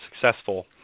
successful